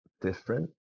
different